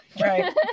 right